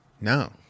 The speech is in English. No